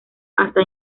hasta